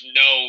no